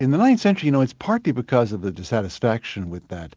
in the nineteenth century, you know, it's partly because of the dissatisfaction with that